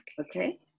Okay